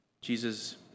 Jesus